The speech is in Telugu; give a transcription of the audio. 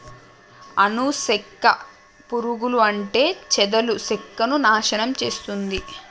అను సెక్క పురుగులు అంటే చెదలు సెక్కను నాశనం చేస్తుంది